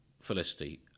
Felicity